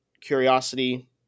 Curiosity